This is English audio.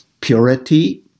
purity